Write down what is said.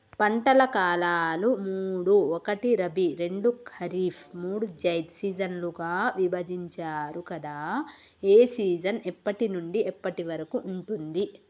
పంటల కాలాలు మూడు ఒకటి రబీ రెండు ఖరీఫ్ మూడు జైద్ సీజన్లుగా విభజించారు కదా ఏ సీజన్ ఎప్పటి నుండి ఎప్పటి వరకు ఉంటుంది?